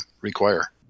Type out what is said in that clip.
require